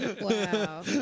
Wow